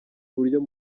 uburyo